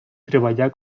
treballà